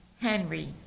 Henry